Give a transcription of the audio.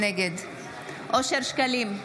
נגד אושר שקלים,